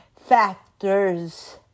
factors